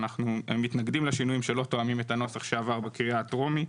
אנחנו מתנגדים לשינויים שלא תואמים את הנוסח שעבר בקריאה הטרומית.